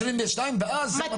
לא ב-2022 ואז זה מתחיל ורץ.